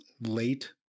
late